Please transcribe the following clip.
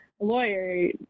lawyer